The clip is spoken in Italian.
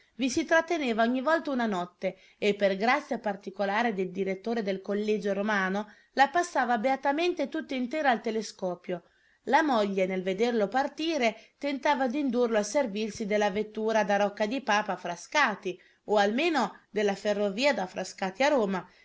i si tratteneva ogni volta una notte e per grazia particolare dei direttore del collegio romano la passava beatamente tutta intera al telescopio la moglie nel vederlo partire tentava d'indurlo a servirsi della vettura da rocca di papa a frascati o almeno della ferrovia da frascati a roma